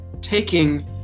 taking